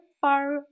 far